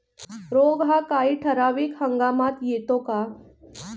रोग हा काही ठराविक हंगामात येतो का?